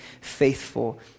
faithful